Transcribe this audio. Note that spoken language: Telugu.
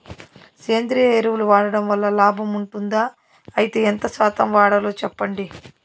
సేంద్రియ ఎరువులు వాడడం వల్ల లాభం ఉంటుందా? అయితే ఎంత శాతం వాడాలో చెప్పండి?